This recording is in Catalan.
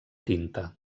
tinta